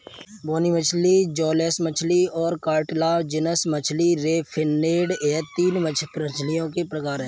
बोनी मछली जौलेस मछली और कार्टिलाजिनस मछली रे फिनेड यह तीन मछलियों के प्रकार है